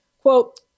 quote